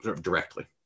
directly